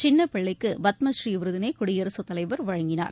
சின்னபிள்ளைக்கு பத்மஸ்ரீ விருதினை குடியரசுத்தலைவர் வழங்கினார்